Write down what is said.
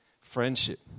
friendship